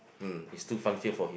mm it's too fun filled for him